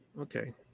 Okay